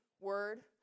word